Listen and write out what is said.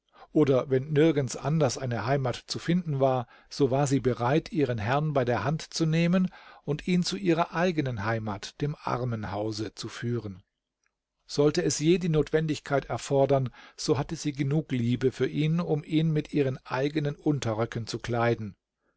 oder wenn nirgends anders eine heimat zu finden war so war sie bereit ihren herrn bei der hand zu nehmen und ihn zu ihrer eigenen heimat dem armenhause zu führen sollte es je die notwendigkeit erfordern so hatte sie genug liebe für ihn um ihn mit ihren eigenen unterröcken zu kleiden